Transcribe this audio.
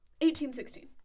1816